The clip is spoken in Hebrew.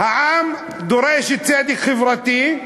"העם דורש צדק חברתי"